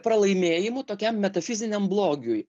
pralaimėjimu tokiam metafiziniam blogiui